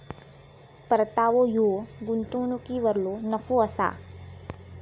परतावो ह्यो गुंतवणुकीवरलो नफो असा